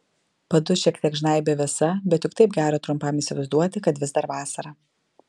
padus šiek tiek žnaibė vėsa bet juk taip gera trumpam įsivaizduoti kad vis dar vasara